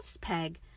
peg